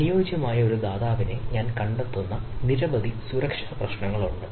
അനുയോജ്യമായ ഒരു ദാതാവിനെ ഞാൻ കണ്ടെത്തുന്ന നിരവധി സുരക്ഷാ പ്രശ്നങ്ങളുണ്ട്